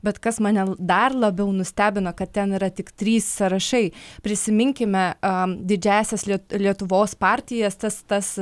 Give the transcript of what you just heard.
bet kas mane dar labiau nustebino kad ten yra tik trys sąrašai prisiminkime a didžiąsias lietuvos partijas tas tas